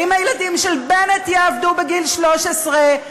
האם הילדים של בנט יעבדו בגיל 13?